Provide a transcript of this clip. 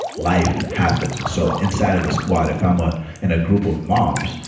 life happens so, inside of the squad, if i'm ah in a group of moms,